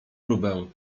próbę